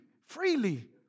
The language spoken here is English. freely